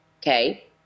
Okay